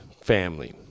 family